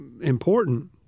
important